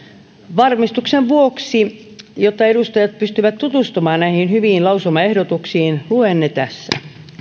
varmistuksen vuoksi jotta edustajat pystyvät tutustumaan näihin hyviin lausumaehdotuksiin luen ne tässä